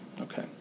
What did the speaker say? okay